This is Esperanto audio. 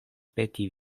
peti